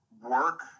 work